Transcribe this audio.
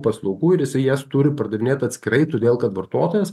paslaugų ir jisai jas turi pardavinėt atskirai todėl kad vartotojas